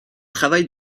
travaille